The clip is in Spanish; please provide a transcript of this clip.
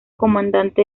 comandante